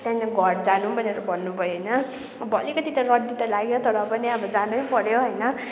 त्यहाँदेखि घर जानु भनेर भन्नुभयो होइन अब अलिकति त रड्डी त लाग्यो तर पनि अब जानैपर्यो होइन